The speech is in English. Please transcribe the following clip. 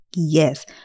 Yes